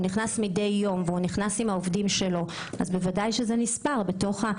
הוא נכנס מדי יום עם העובדים שלו ודאי שזה נספר בתוך העובדים.